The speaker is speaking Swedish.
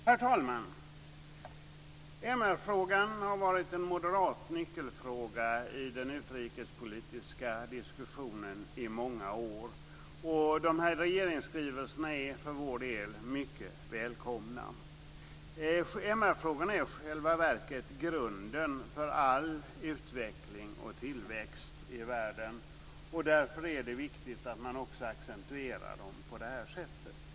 Herr talman! MR-frågan har varit en moderat nyckelfråga i den utrikespolitiska diskussionen i många år. De här regeringsskrivelserna är för vår del mycket välkomna. MR-frågorna är i själva verket grunden för all utveckling och tillväxt i världen. Därför är det viktigt att man också accentuerar dem på det här sättet.